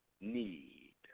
need